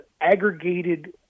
aggregated